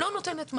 לא נותנת מענה.